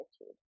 attitude